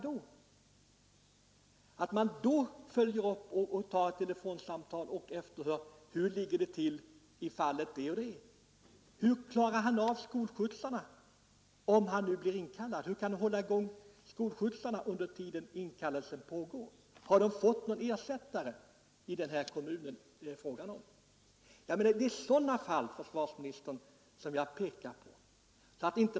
Då bör man ta ett telefonsamtal och efterhöra hur det ligger till i det och det fallet. Hur klarar den värnpliktige av t.ex. skolskjutsarna om han blir inkallad? Hur kan skolskjutsarna hållas i gång under den tid inkallelsen pågår? Har man fått någon ersättare i den kommun det är fråga om? Det är sådana fall, herr försvarsminister, som jag pekat på.